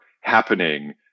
happening